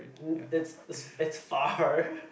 it's it it's far